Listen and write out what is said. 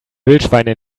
wildschweine